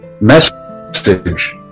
message